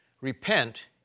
Repent